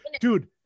dude